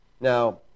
Now